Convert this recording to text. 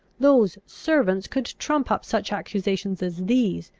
those servants could trump up such accusations as these,